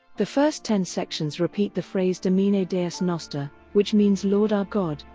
the first ten sections repeat the phrase domine deus noster, which means lord our god,